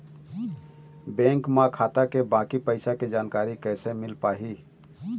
Bank म खाता के बाकी पैसा के जानकारी कैसे मिल पाही?